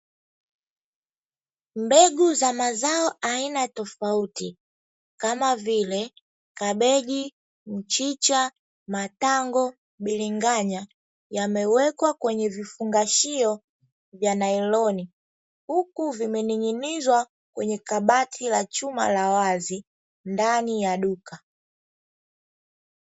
Mbegu za mazao aina tofauti kama vile kabeji, mchicha, matango, bilinganya, yamewekwa kwenye vifungashio vya nailoni huku vimening'inizwa kwenye kabati la chuma la wazi ndani ya duka.